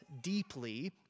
deeply